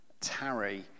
tarry